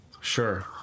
Sure